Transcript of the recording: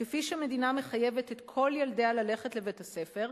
כפי שמדינה מחייבת את כל ילדיה ללכת לבית-הספר,